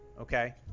Okay